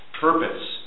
purpose